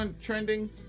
trending